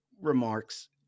remarks